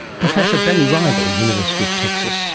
professor danny reible, university of texas